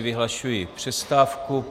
Vyhlašuji přestávku.